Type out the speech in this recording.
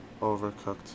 Overcooked